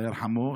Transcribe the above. אללה ירחמו,